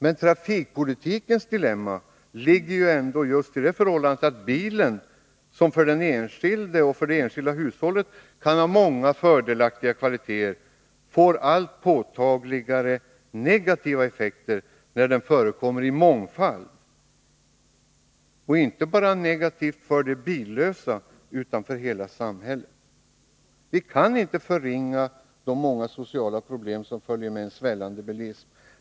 Men trafikpolitikens dilemma ligger ändå just i det förhållandet att bilen, som för den enskilde och för det enskilda hushållet kan ha många fördelaktiga kvaliteter, får allt påtagligare negativa effekter när den förekommer i mångfald — negativa inte bara för de billösa utan även för hela samhället. Vi kan inte förringa de många sociala problem som följer med en svällande bilism.